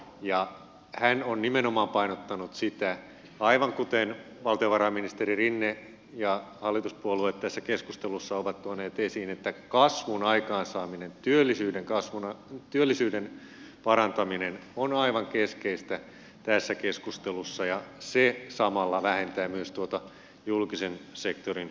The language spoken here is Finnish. hän on nimenomaan painottanut sitä aivan kuten valtiovarainministeri rinne ja hallituspuolueet tässä keskustelussa ovat tuoneet esiin että kasvun aikaansaaminen työllisyyden parantaminen on aivan keskeistä tässä keskustelussa ja se samalla vähentää myös tuota julkisen sektorin osuutta ja veroastetta